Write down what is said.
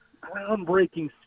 groundbreaking